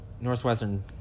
Northwestern